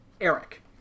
Eric